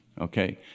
okay